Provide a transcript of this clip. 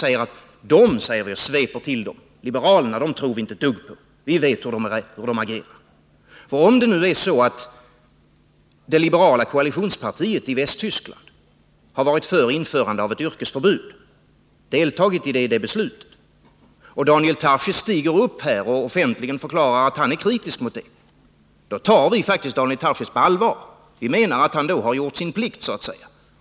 svepande säger att liberalerna tror vi inte ett dugg på, vi vet hur de agerar. Om det nu är så att det liberala koalitionspartiet i Västtyskland har deltagit i beslutet om införande av ett yrkesförbud och Daniel Tarschys stiger upp här och offentligt förklarar att han är kritisk mot det, då tar vi faktiskt Daniel Tarschys på allvar. Vi menar att han då har gjort sin plikt.